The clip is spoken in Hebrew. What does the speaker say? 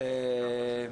היא